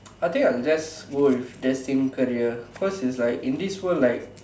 I think I'll just go with destined career cause is like in this world like